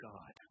God